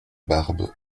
barbe